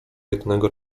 jednego